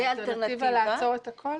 האלטרנטיבה לעצור את הכול?